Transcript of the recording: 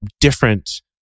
different